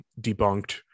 debunked